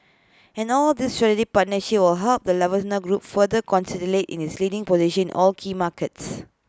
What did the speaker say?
and all these strategic partnerships will help the Lufthansa group further consolidate in its leading position all key markets